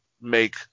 make